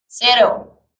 cero